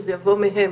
שזה יבוא מהם.